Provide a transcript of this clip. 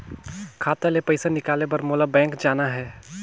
खाता ले पइसा निकाले बर मोला बैंक जाना हे?